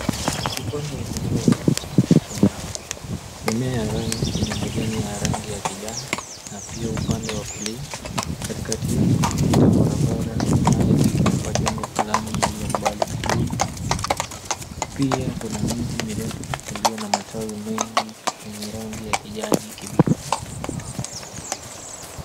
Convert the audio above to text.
Upande wa kulia wa picha, kuna mimea yenye majani ya rangi ya kijani na pia upande wa kulia, katikati yake kukapita barabara inayoelekea kwa jengo fulani iliyo mbali kidogo. Pia kuna miti mirefu iliyo na matawi mengi yenye rangi ya kijani kibichi.